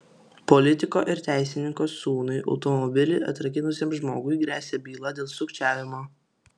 politiko ir teisininko sūnui automobilį atrakinusiam žmogui gresia byla dėl sukčiavimo